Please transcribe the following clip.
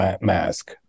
mask